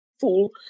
Fool